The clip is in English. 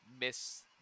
miss